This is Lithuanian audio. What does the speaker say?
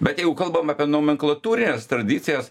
bet jeigu kalbam apie nomenklatūrines tradicijas